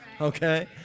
Okay